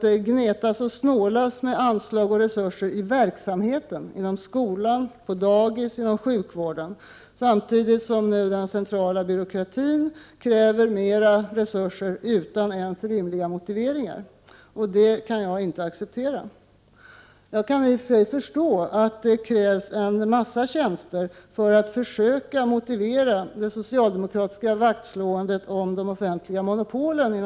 Det gnetas och snålas med anslag och resurser när det gäller verksamhet inom skolan, på daghemmen och inom sjukvården, samtidigt som man inom den centrala byråkratin kräver mer resurser utan att man ens har rimliga motiveringar. Detta kan jag inte acceptera. Jag kan i och för sig förstå att det krävs en mängd tjänster för att försöka motivera det socialdemokratiska vaktslåendet om de offentliga monopolen.